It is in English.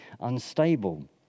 unstable